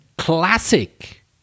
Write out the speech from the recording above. classic